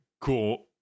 cool